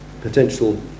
potential